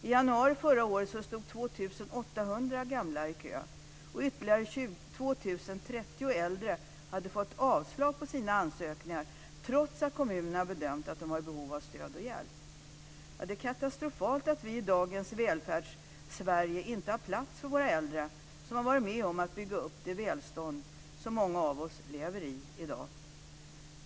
I januari förra året stod Det är katastrofalt att vi i dagens Välfärdssverige inte har plats för våra äldre som har varit med om att bygga upp det välstånd som många av oss lever i i dag.